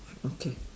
okay